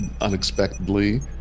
unexpectedly